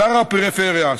שר הפריפריה,